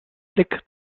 blick